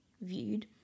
viewed